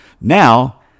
Now